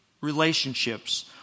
relationships